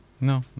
No